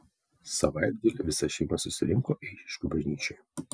savaitgalį visa šeima susirinko eišiškių bažnyčioje